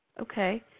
Okay